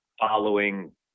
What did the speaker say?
following